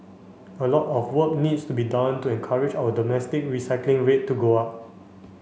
a lot of work needs to be done to encourage our domestic recycling rate to go up